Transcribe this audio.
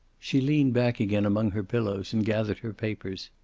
she leaned back again among her pillows and gathered her papers.